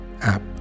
app